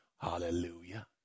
hallelujah